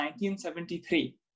1973